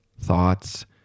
thoughts